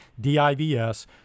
DIVS